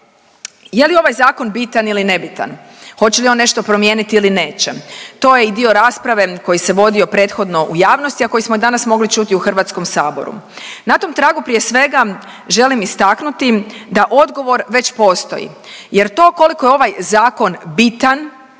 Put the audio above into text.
Je li ovaj zakon bitan ili nebitan, hoće li on nešto promijeniti ili neće? To je i dio rasprave koji se vodio prethodno u javnosti, a koji smo danas mogli čuti u Hrvatskom saboru. Na tom tragu prije svega želim istaknuti da odgovor već postoji. Jer to koliko je ovaj zakon bitan